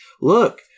look